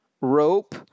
rope